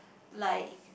like